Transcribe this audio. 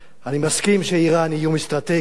אני מסכים שאירן היא איום אסטרטגי,